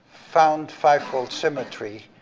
found five-fold symmetry.